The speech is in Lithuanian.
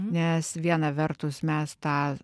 nes viena vertus mes tą